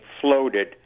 floated